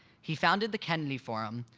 he founded the kennedy forum,